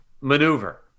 maneuver